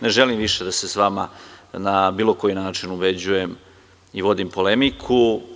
Ne želim da se više sa vama na bilo koji način ubeđujem i vodim polemiku.